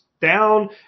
down